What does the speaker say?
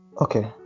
Okay